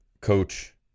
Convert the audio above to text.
Coach